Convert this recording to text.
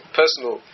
personal